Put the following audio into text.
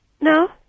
No